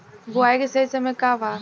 बुआई के सही समय का वा?